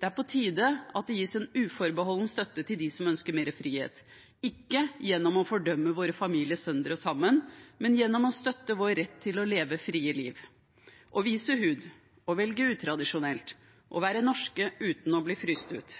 Det er på tide at det gis en uforbeholden støtte til dem som ønsker mer frihet, ikke gjennom å fordømme våre familier sønder og sammen, men gjennom å støtte vår rett til å leve frie liv – å vise hud, å velge utradisjonelt, å være norske uten å bli fryst ut.